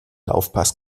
laufpass